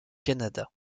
canada